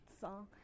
Song